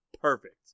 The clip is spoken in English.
Perfect